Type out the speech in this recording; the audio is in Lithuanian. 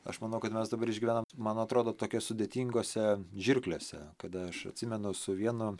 aš manau kad mes dabar išgyvenam man atrodo tokia sudėtingose žirklėse kada aš atsimenu su vienu